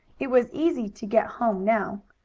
it was easy to get home now.